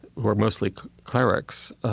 who are mostly clerics, ah,